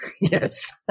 yes